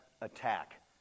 attack